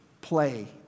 play